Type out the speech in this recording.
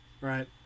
Right